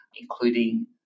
including